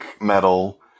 metal